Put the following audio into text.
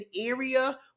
area